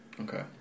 Okay